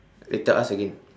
later ask again